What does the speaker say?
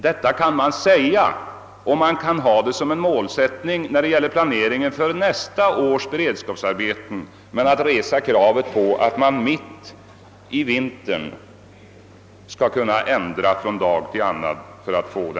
Dagsverksbilligare projekt kan man ha som en målsättning när det gäller planeringen för nästa års beredskapsarbeten, men man kan inte ställa krav på att förändringar skall göras från den ena dagen till den andra mitt i vintern.